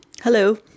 Hello